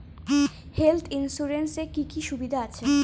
Health insurance এ কি কি সুবিধা আছে?